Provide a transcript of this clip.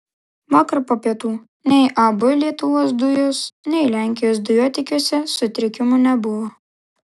vakar po pietų nei ab lietuvos dujos nei lenkijos dujotiekiuose sutrikimų nebuvo